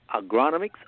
agronomics